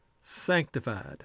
sanctified